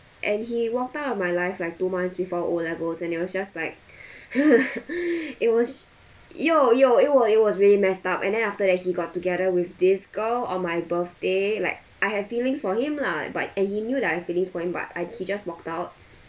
and he walked out of my life like two months before O levels and it was just like !huh! it was yo yo it was it was really messed up and then after that he got together with this girl on my birthday like I have feelings for him lah but and he knew that I have feelings for him but I he just walked out